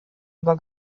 über